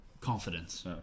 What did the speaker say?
confidence